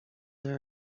there